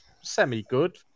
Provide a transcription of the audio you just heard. semi-good